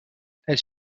elles